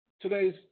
Today's